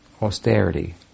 austerity